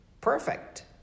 perfect